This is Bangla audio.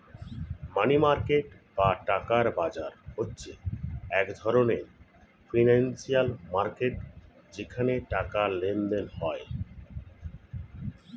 মানি মার্কেট বা টাকার বাজার হচ্ছে এক ধরণের ফিনান্সিয়াল মার্কেট যেখানে টাকার লেনদেন হয়